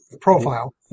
Profile